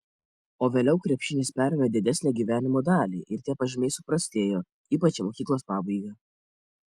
o vėliau krepšinis perėmė didesnę gyvenimo dalį ir tie pažymiai suprastėjo ypač į mokyklos pabaigą